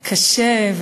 וקשה,